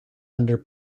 under